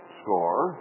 score